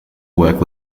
work